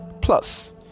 Plus